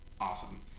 awesome